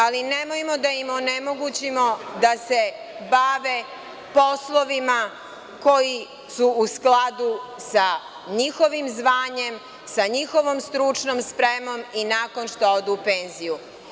Ali nemojmo da im onemogućimo da se bave poslovima koji su u skladu sa njihovim zvanjem, sa njihovom stručnom spremom i nakon što odu u penziju.